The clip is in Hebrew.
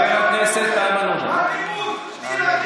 והכיבוש הוא,